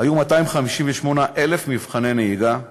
היו 258,000 מבחני נהיגה,